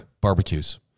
barbecues